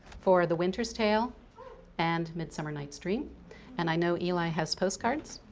for the winter's tale and midsummer night's dream and i know eli has postcards